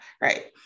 right